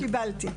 קיבלתי.